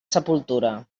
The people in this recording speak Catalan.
sepultura